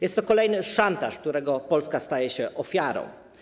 Jest to kolejny szantaż, którego Polska staje się ofiarą.